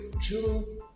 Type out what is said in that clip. June